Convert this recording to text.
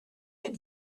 had